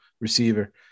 receiver